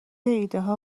ایدهها